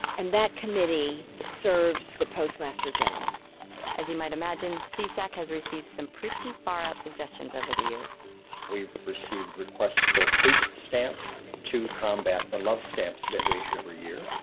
and that committee serves the postmaster general as you might imagine, csac has received some pretty far-out suggestions over the years we've received requests for hate stamps to combat the love stamps that we issue every year.